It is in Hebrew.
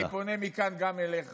אני פונה מכאן גם אליך.